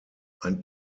ein